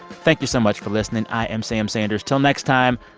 thank you so much for listening. i am sam sanders. till next time,